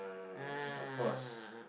ah